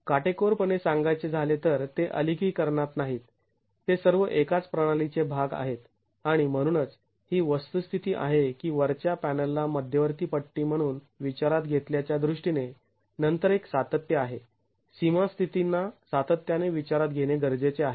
काटेकोरपणे सांगायचे झाले तर ते अलगीकरणात नाहीत ते सर्व एकाच प्रणाली चे भाग आहेत आणि म्हणूनच ही वस्तुस्थिती आहे की वरच्या पॅनलला मध्यवर्ती पट्टी म्हणून विचारात घेतल्या च्या दृष्टीने नंतर एक सातत्य आहे सीमा स्थितींना सातत्याने विचारात घेणे गरजेचे आहे